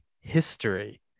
history